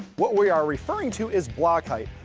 what we are referring to is block height.